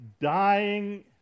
dying